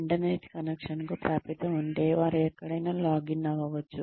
internet కనెక్షన్కు ప్రాప్యత ఉంటే వారు ఎక్కడైనా లాగిన్ అవ్వవచ్చు